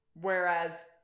Whereas